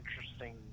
interesting